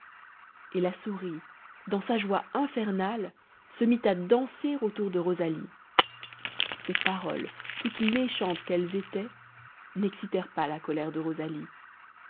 et la souris dans sa joie infernale se mit à danser autour de rosalie ces paroles toutes méchantes qu'elles étaient n'excitèrent pas la colère de rosalie